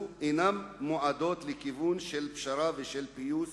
אינן מועדות לכיוון של פשרה ושל פיוס